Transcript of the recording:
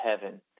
heaven